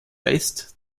west